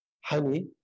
honey